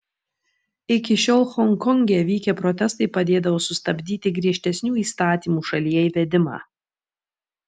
iki šiol honkonge vykę protestai padėdavo sustabdyti griežtesnių įstatymų šalyje įvedimą